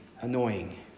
annoying